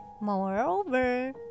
Moreover